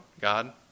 God